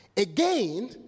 Again